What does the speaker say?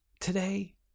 Today